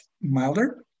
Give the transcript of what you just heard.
milder